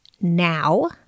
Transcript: now